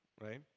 right